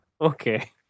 Okay